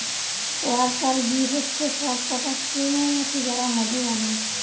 worker bee হচ্ছে সব কটা স্ত্রী মৌমাছি যারা মধু বানায়